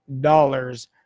dollars